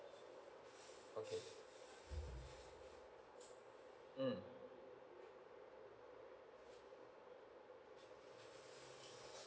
okay mm